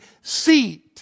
seat